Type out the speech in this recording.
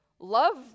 Love